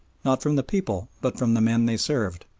not from the people but from the men they served.